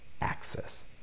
access